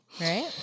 Right